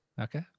Okay